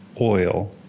oil